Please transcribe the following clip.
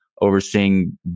overseeing